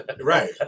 Right